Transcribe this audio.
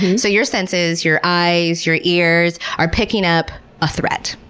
so your senses your eyes, your ears are picking up a threat.